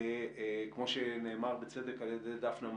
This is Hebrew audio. כמו שנאמר בצדק על ידי דפנה מאור,